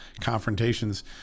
confrontations